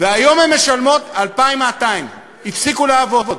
והיום הן משלמות 2,200. הפסיקו לעבוד.